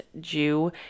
Jew